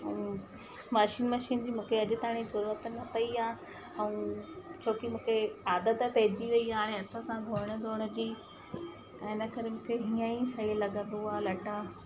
ऐं washing machine जी मूंखे अॼ ताणी जरूरत न पई आहे ऐं छोकी मूंखे आदतु पइजी वई आहे हाणे हथ सां धोअण धोअण जी ऐं इन करे मूंखे हीअं ई सही लगंदो आहे लट्टा